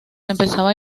empezaba